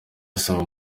asaba